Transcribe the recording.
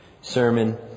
sermon